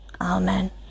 Amen